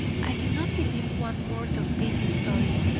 i do not believe one word of this story,